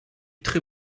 très